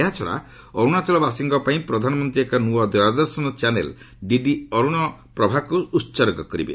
ଏହାଛଡ଼ା ଅରୁଣାଚଳବାସୀଙ୍କ ପାଇଁ ପ୍ରଧାନମନ୍ତ୍ରୀ ଏକ ନୂଆ ଦୂରଦର୍ଶନ ଚାନେଲ୍ ଡିଡି ଅରୁଣପ୍ରଭାକୁ ଉତ୍ସର୍ଗ କରିବେ